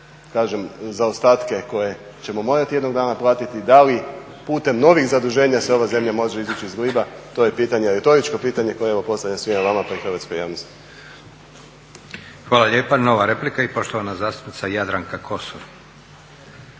kažem zaostatke koje ćemo morati jednog dana platiti. Da li putem novih zaduženja se ova zemlja može izvući iz gliba to je pitanje, retoričko pitanje koje evo postavljam svima vama pa i hrvatskoj javnosti. **Leko, Josip (SDP)** Hvala lijepa. Nova replika i poštovana zastupnica Jadranka Kosor.